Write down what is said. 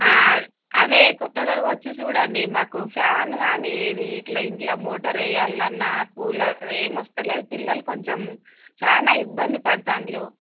అదే కొత్తగారగ వచ్చి చూడండి మాకు ఫ్యాన్ కానీ ఇది ఇట్లా ఇంట్లో మోటర్ వేయాలన్నా కూలర్ ఏమొస్తలేదు పిల్లలు కొంచెం చాలా ఇబ్బంది పడుతున్నారు